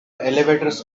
elevators